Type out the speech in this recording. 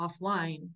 offline